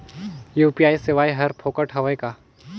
UPI सेवाएं हर फोकट हवय का?